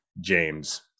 James